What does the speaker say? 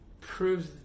proves